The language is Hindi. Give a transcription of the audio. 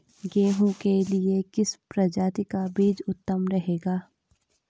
गेहूँ के लिए किस प्रजाति का बीज उत्तम रहेगा?